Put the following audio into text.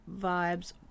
Vibes